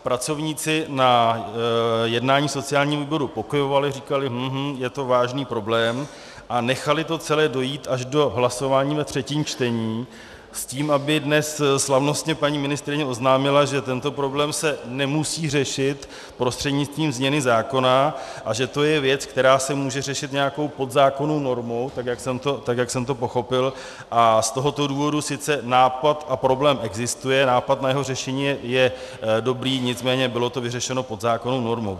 Pracovníci na jednání sociálního výboru pokyvovali, říkali, hm, hm, je to vážný problém, a nechali to celé dojít až do hlasování ve třetím čtení s tím, aby dnes slavnostně paní ministryně oznámila, že tento problém se nemusí řešit prostřednictvím změny zákona a že to je věc, která se může řešit nějakou podzákonnou normou, jak jsem to pochopil, a z tohoto důvodu sice nápad a problém existuje, nápad na jeho řešení je dobrý, nicméně bylo to vyřešeno podzákonnou normou.